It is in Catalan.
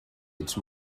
ets